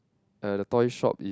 uh the toy shop is